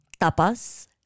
tapas